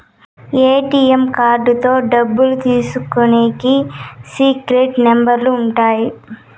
ATM కార్డుతో డబ్బులు తీసుకునికి సీక్రెట్ నెంబర్లు ఉంటాయి